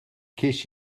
ces